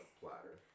platter